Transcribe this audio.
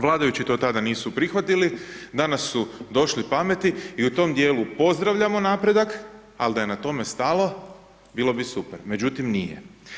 Vladajući to tada nisu prihvatili, danas su došli pameti i u tom dijelu pozdravljamo napredak, ali da je na tome stalo, bilo bi super, međutim nije.